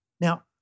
Now